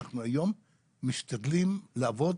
אנחנו היום משתדלים לעבוד